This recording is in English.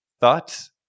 thoughts